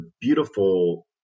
beautiful